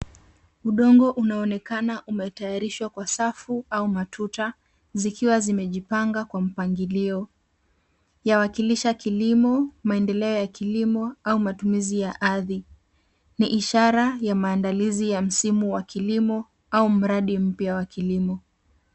Udongo unaonekana umetayarishwa kwa safu au matuta zikiwa zimejipanga kwa mpangilio. Yawakilisha kilimo, maendeleo ya kilimo au matumizi ya ardhi. Ni ishara ya maandalizi ya msimu wa kilimo au mradi mpya wa kilimo.